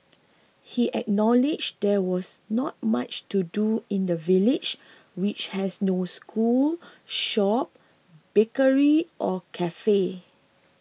he acknowledged there was not much to do in the village which has no school shop bakery or cafe